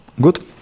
Good